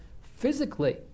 physically